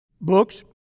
books